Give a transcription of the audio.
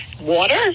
water